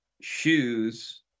shoes